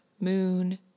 moon